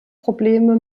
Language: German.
probleme